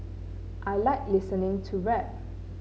I like listening to rap